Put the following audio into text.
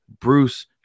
Bruce